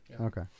Okay